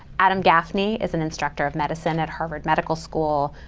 adam gaffney is an instructor of medicine at harvard medical school,